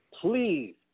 Please